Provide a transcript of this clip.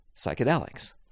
psychedelics